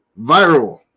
Viral